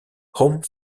home